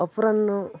ଅପାରାହ୍ନ